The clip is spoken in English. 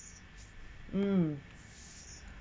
mm